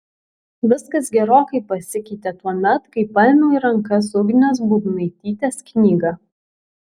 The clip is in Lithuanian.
viskas gerokai pasikeitė tuomet kai paėmiau į rankas ugnės būbnaitytės knygą